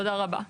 תודה רבה.